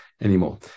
Anymore